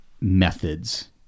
methods